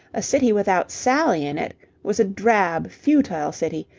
a city without sally in it was a drab, futile city,